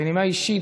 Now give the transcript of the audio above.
בנימה אישית,